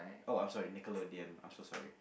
oh I'm sorry Nickelodeon I'm so sorry